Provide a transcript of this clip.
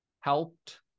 helped